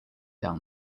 down